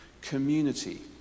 community